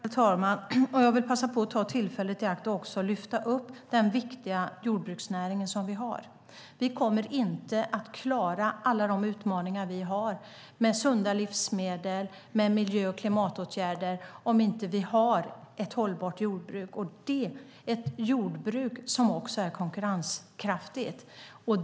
Herr talman! Jag vill ta tillfället i akt och lyfta fram vår viktiga jordbruksnäring. Vi kommer inte att klara alla utmaningar när det gäller sunda livsmedel och miljö och klimatåtgärder om vi inte har ett hållbart jordbruk och ett jordbruk som är konkurrenskraftigt.